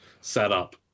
setup